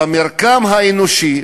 במרקם האנושי,